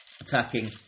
attacking